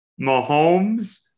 Mahomes